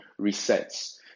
resets